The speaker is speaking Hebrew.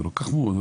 זה לא כל כך מורכב.